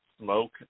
smoke